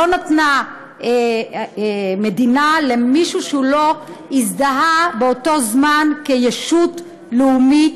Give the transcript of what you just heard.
לא נתנה מדינה למישהו שלא הזדהה באותו זמן כישות לאומית.